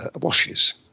washes